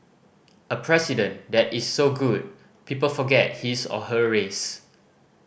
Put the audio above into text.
a president that is so good people forget his or her race